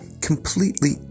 completely